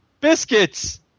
Biscuits